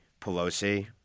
Pelosi